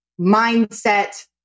mindset